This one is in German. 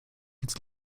jetzt